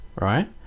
right